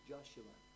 Joshua